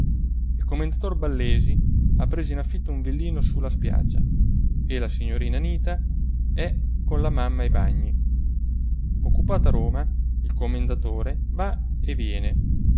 il commendator ballesi ha preso in affitto un villino su la spiaggia e la signorina anita è con la mamma ai bagni occupato a roma il commendatore va e viene